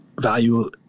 value